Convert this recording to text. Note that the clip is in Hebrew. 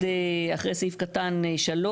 אחרי סעיף קטן (3),